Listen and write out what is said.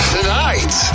Tonight